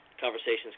conversations